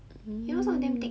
hmm